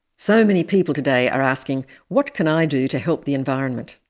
so many people today are asking what can i do to help the environment?